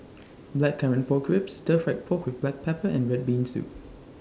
Blackcurrant Pork Ribs Stir Fried Pork with Black Pepper and Red Bean Soup